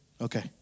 Okay